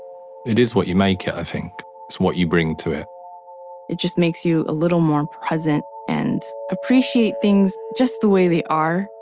it is what you make it i think. it's what you bring to it it just makes you a little more present and appreciate things just the way they are,